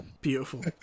beautiful